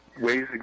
Ways